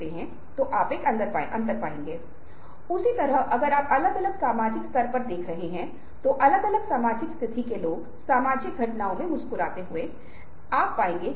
इसलिए हर रोज भले ही आप दैनिक आधार पर ई मेल संचार के रूप में सरल मामले को देखें लेकिन प्रेरक प्रक्रिया जारी है